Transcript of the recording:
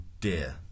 dear